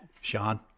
Sean